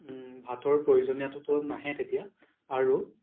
ভাতৰ প্ৰয়োজনীয়তাটো নাহে তেতিয়া আৰু